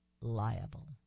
liable